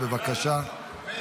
בבקשה.